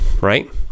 right